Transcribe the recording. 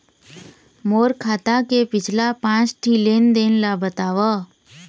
मोर खाता के पिछला पांच ठी लेन देन ला बताव?